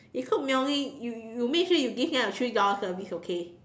it's called mailing you you you make sure you give me a three dollar service okay